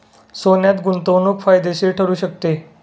सोन्यात गुंतवणूक फायदेशीर ठरू शकते